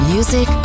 Music